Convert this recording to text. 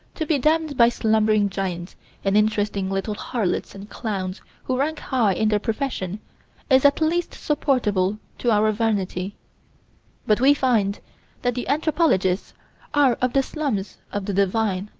to be damned by slumbering giants and interesting little harlots and clowns who rank high in their profession is at least supportable to our vanity but, we find that the anthropologists are of the slums of the divine,